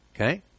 Okay